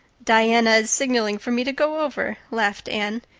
diana is signaling for me to go over, laughed anne.